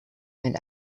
and